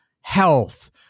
health